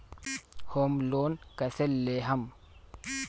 Home loan कैसे लेहम?